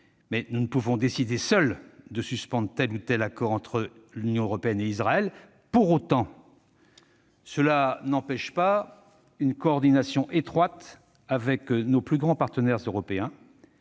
Mais nous ne pouvons décider seuls de suspendre tel ou tel accord entre l'Union européenne et Israël. Pour autant, cela n'empêche pas une coordination étroite avec nos plus grands partenaires européens